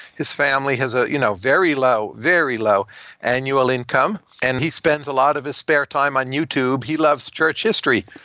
his family has a you know very low, very low annual income, and he spends a lot of his spare time on youtube. he loves church history.